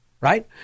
right